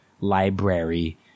library